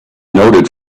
noted